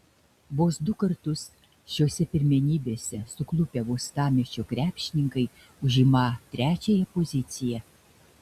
vos du kartus šiose pirmenybėse suklupę uostamiesčio krepšininkai užimą trečiąją poziciją